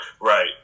Right